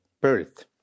birth